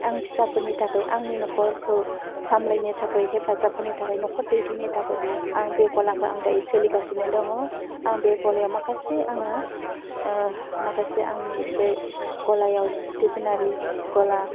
आं फिसाफोरनि थाखै आंनि नखरखौ सामलायनो थाखाय हेफाजाब होनो थाखाय नखर दैदेननो थाखाय आं बे गलाखौ आं दायो सोलिगासिनो दङ आं बे गलायाव माखासे आङो माखासे आंनि बे गलायाव स्टेसनारि गला